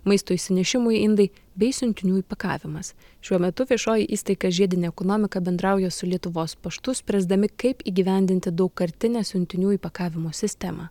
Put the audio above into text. maisto išsinešimui indai bei siuntinių įpakavimas šiuo metu viešoji įstaiga žiedinę ekonomiką bendrauja su lietuvos paštu spręsdami kaip įgyvendinti daugkartinę siuntinių įpakavimo sistemą